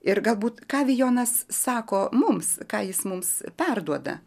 ir galbūt ką vijonas sako mums ką jis mums perduoda